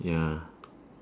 ya